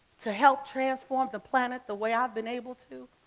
to help transform the planet the way i've been able to,